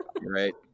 right